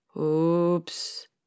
Oops